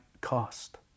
cost